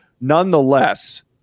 Nonetheless